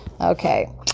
Okay